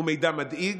הוא מידע מדאיג,